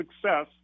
success